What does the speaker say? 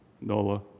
Nola